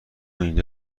اینجا